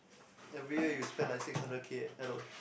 every year you spend like six hundred K eh hello